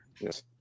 Yes